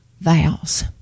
vows